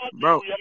bro